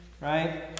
Right